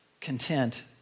content